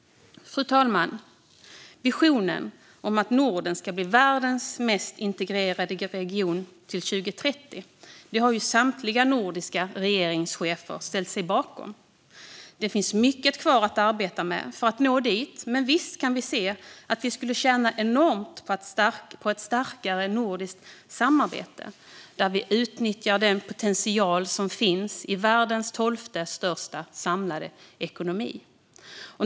Fru talman! Visionen om att Norden ska bli världens mest integrerade region till 2030 har samtliga nordiska regeringschefer ställt sig bakom. Det finns mycket kvar att arbeta med för att nå dit, men visst kan vi se att vi skulle tjäna enormt på ett starkare nordiskt samarbete där vi utnyttjar den potential som finns i världens tolfte största samlade ekonomi.